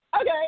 okay